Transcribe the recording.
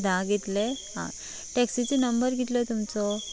धांक येतले आ टॅक्सिचो नंबर कितलो तुमचो